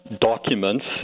documents